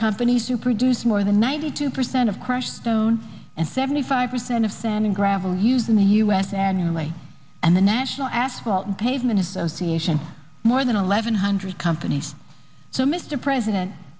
companies to produce more than ninety two percent of crushed stone and seventy five percent of sand and gravel used in the u s annually and the national aswell pavement association more than eleven hundred companies to mr president